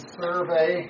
survey